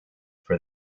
for